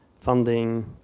funding